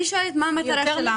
אני שואלת מה מטרתה?